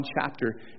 chapter